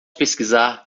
pesquisar